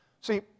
See